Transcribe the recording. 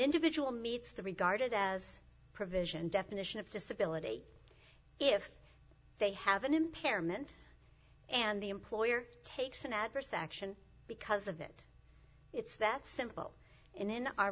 individual meets the regarded as provision definition of disability if they have an impairment and the employer takes an adverse action because of it it's that simple